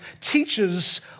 teaches